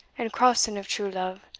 and crossing of true love,